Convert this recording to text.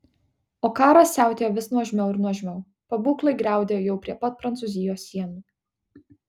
o karas siautėjo vis nuožmiau ir nuožmiau pabūklai griaudėjo jau prie pat prancūzijos sienų